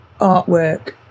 artwork